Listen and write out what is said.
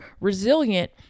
resilient